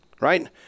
Right